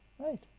Right